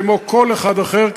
כמו כל אחד אחר,